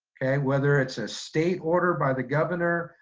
whether it's a state order by the governor,